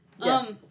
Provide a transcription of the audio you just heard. Yes